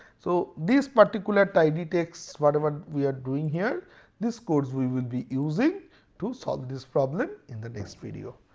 so this particular tidy text whatever we are doing here this course we will be using to solve this problem in the next video.